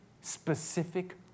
specific